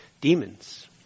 demons